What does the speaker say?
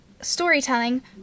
storytelling